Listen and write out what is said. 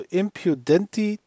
impudenti